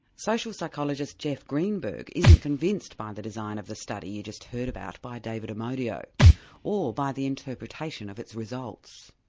social psychologist jeff greenberg isn't convinced by and the design of the study you just heard about by david amodio or by the interpretation of its results.